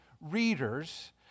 readers